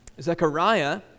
Zechariah